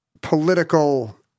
political